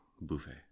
Buffet